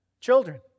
Children